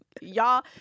y'all